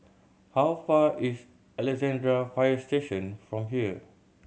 how far is Alexandra Fire Station from here